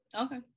Okay